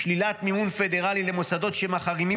שלילת מימון פדרלי למוסדות שמחרימים